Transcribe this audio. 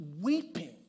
weeping